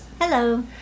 Hello